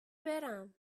برم